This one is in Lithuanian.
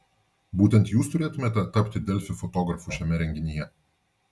būtent jūs turėtumėte tapti delfi fotografu šiame renginyje